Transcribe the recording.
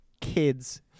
kids